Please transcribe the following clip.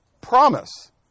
promise